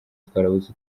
twarabuze